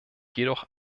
jedoch